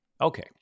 Okay